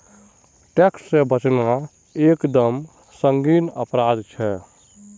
tax से बचना एक दम संगीन अपराध छे